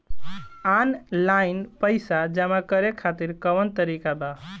Online पइसा जमा करे खातिर कवन तरीका बा?